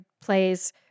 plays